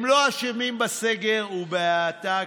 הם לא אשמים בסגר ובהאטה הכלכלית.